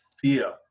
fear